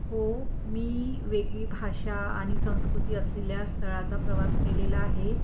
हो मी वेगळी भाषा आणि संस्कृती असलेल्या स्थळाचा प्रवास केलेला आहे